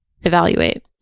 evaluate